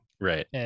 right